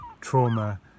trauma